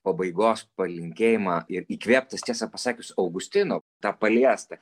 pabaigos palinkėjimą ir įkvėptas tiesą pasakius augustino tą paliestą